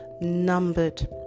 numbered